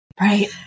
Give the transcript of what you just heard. Right